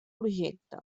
projecte